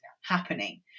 happening